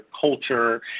culture